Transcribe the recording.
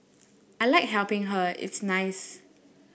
I like helping her it's nice